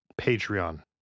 Patreon